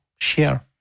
share